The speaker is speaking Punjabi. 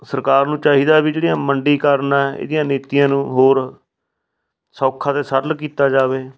ਸਰਕਾਰ ਨੂੰ ਚਾਹੀਦਾ ਵੀ ਜਿਹੜੀਆਂ ਮੰਡੀਕਰਨ ਆ ਇਹਦੀਆਂ ਨੀਤੀਆਂ ਨੂੰ ਹੋਰ ਸੌਖਾ ਅਤੇ ਸਰਲ ਕੀਤਾ ਜਾਵੇ